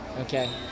Okay